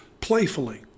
playfully